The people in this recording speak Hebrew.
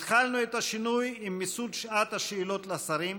התחלנו את השינוי עם מיסוד שעת השאלות לשרים,